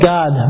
God